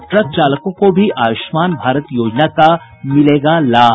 और ट्रक चालकों को भी आयुष्मान भारत योजना का मिलेगा लाभ